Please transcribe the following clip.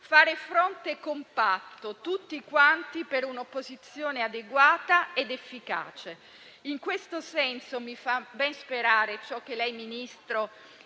fare fronte compatto, tutti quanti, per un'opposizione adeguata ed efficace. In questo senso, mi fa ben sperare ciò che lei, signor